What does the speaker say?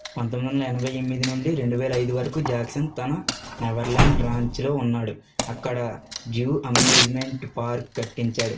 పంతొమ్మిది వందల ఎనభై ఎనిమిది నుండి రెండు వేల ఐదు వరకు జాక్సన్ తన నెవర్ ల్యాండ్ బ్రాంచ్ లో ఉన్నాడు అక్కడ జూ అమ్యూజ్మెంట్ పార్క్ కట్టించాడు